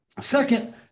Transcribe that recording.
Second